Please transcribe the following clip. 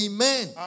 Amen